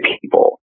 people